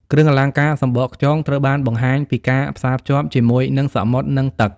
គ្រឿងអលង្ការសំបកខ្យងត្រូវបានបង្ហាញពិការផ្សារភ្ជាប់ជាមួយនឹងសមុទ្រ និងទឹក។